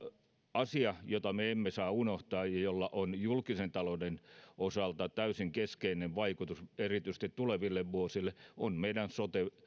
asia jota me emme saa unohtaa ja jolla on julkisen talouden osalta täysin keskeinen vaikutus erityisesti tuleville vuosille on meidän sote